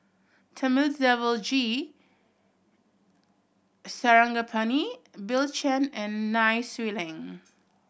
Thamizhavel G Sarangapani Bill Chen and Nai Swee Leng